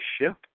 ship